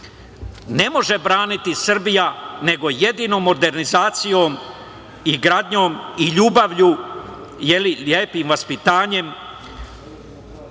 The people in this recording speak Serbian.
ne može braniti Srbija nego jedino modernizacijom i gradnjom i ljubavlju i lepim vaspitanjem